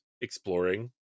exploring